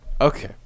Okay